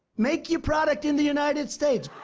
make your product in the united states.